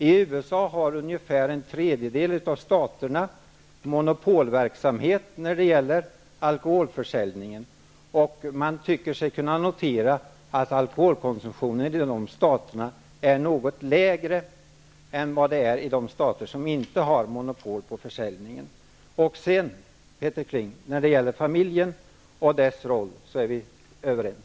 I USA har ungefär en tredjedel av staterna monopolverksamhet när det gäller alkoholförsäljningen, och man tycker sig kunna notera att alkoholkonsumtionen i de staterna är något lägre än i de stater som inte har monopol på försäljningen. När det gäller familjen och dess roll är vi överens,